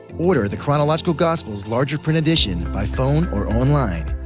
order the chronological gospels larger print edition by phone or online.